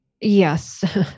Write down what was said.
Yes